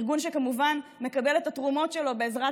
ארגון שכמובן מקבל את התרומות שלו בעזרת